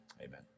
Amen